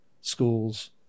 schools